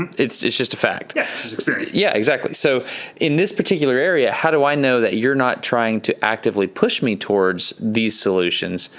it's just a fact. yeah, it's just experience. yeah, exactly. so in this particular area, how do i know that you're not trying to actively push me towards these solutions?